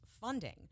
funding